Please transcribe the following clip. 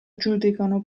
giudicano